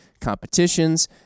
competitions